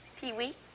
Pee-wee